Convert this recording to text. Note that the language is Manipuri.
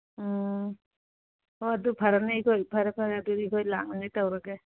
ꯎꯝ ꯑꯣ ꯑꯗꯨ ꯐꯔꯝꯅꯤ ꯑꯩꯈꯣꯏ ꯐꯔꯦ ꯐꯔꯦ ꯑꯩꯈꯣꯏ ꯂꯥꯛꯅꯉꯥꯏ ꯇꯧꯔꯒꯦ